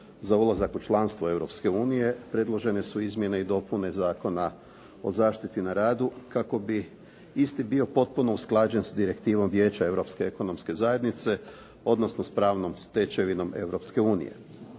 Za ulazak u članstvo Europske unije predložene su Izmjene i dopune Zakona o zaštiti na radu kako bi isti bio potpuno usklađen sa Direktivom vijeća europske ekonomske zajednice, odnosno sa pravnom stečevinom